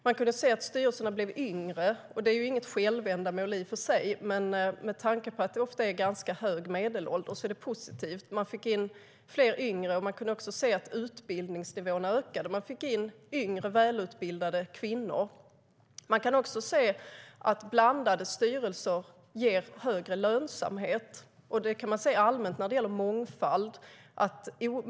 Man kunde se att styrelserna blev yngre, vilket i och för sig inte är ett självändamål men positivt med tanke på att medelåldern ofta är ganska hög. Man fick alltså in fler yngre, och man kunde se att utbildningsnivån ökade - man fick in yngre, välutbildade kvinnor. Man kan även se att blandade styrelser ger högre lönsamhet, och det kan man se allmänt när det gäller mångfald.